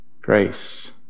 grace